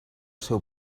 seu